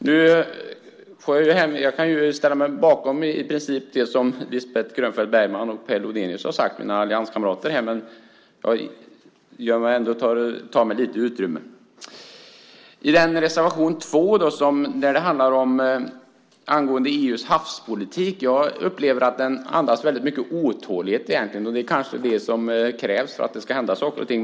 Jag kan i princip ställa mig bakom det som mina allianskamrater Lisbeth Grönfeldt Bergman och Per Lodenius har sagt. Jag upplever att reservation 2 angående EU:s havspolitik andas väldigt mycket otålighet. Det kanske är det som krävs för att det ska hända saker och ting.